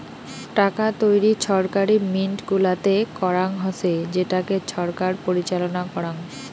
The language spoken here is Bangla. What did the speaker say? টাকা তৈরী ছরকারি মিন্ট গুলাতে করাঙ হসে যেটাকে ছরকার পরিচালনা করাং